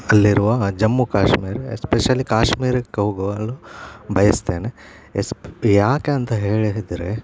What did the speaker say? ಅಲ್ಲಿರುವ ಜಮ್ಮು ಕಾಶ್ಮೀರ್ ಎಸ್ಪೆಶಲಿ ಕಾಶ್ಮೀರಕ್ಕೆ ಹೋಗಲು ಬಯಸ್ತೇನೆ ಎಸ್ ಯಾಕಂತ ಹೇಳಿದರೆ